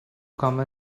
come